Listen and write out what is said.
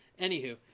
Anywho